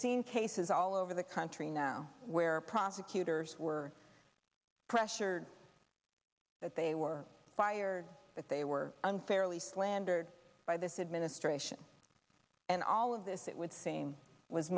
seen cases all over the country now where prosecutors were pressured that they were fired that they were unfairly slandered by this administration and all of this it would seem was